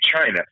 China